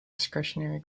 discretionary